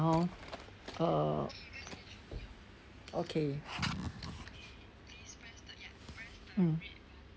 hor uh okay mm